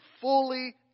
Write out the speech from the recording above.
fully